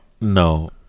No